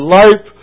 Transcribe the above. life